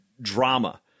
drama